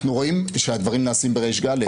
אנחנו רואים שהדברים נעשים בריש גלי.